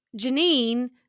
Janine